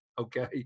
okay